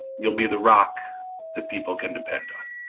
you'll be the rock that people can depend on.